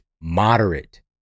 moderate